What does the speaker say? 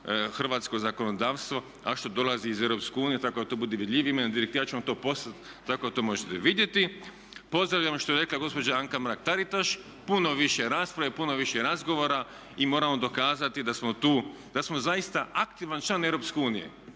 hrvatsko zakonodavstvo, a što dolazi iz EU, tako da to bude vidljivije. Ima jedna direktiva, ja ću vam to poslati tako da to možete vidjeti. Pozdravljam što je rekla gospođa Anka Mrak Taritaš, puno više rasprave, puno više razgovora i moramo dokazati da smo tu, da smo zaista aktivan član EU.